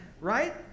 right